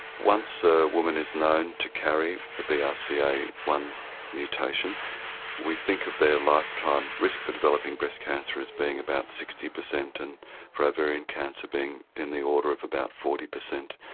once a woman is known to carry a b r c a one mutation we think of their lifetime risk for developing breast cancer as being about sixty percent and for ovarian cancer being in the order of about forty percent.